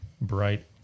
bright